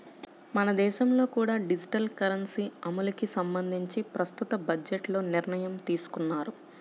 మన దేశంలో కూడా డిజిటల్ కరెన్సీ అమలుకి సంబంధించి ప్రస్తుత బడ్జెట్లో నిర్ణయం తీసుకున్నారు